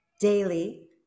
daily